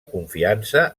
confiança